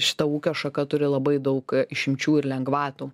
šita ūkio šaka turi labai daug išimčių ir lengvatų